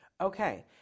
Okay